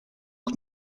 que